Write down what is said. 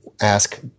ask